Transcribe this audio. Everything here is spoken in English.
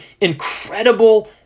incredible